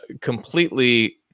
completely